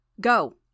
Go